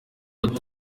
atari